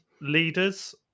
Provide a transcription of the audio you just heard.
leaders